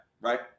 right